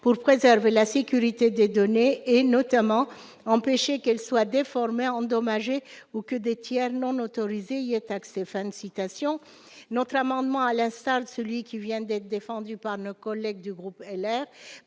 pour préserver la sécurité des données et, notamment, empêcher qu'elles soient déformées, endommagées, ou que des tiers non autorisés y aient accès. » Notre amendement, à l'instar de celui qui vient d'être défendu par nos collègues du groupe LR,